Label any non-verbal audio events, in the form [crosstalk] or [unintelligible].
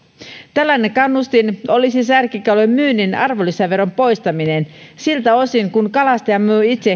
tällainen kannustin olisi särkikalojen myynnin arvonlisäveron poistaminen siltä osin kuin kalastaja myy itse [unintelligible]